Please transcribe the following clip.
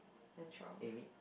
and Charles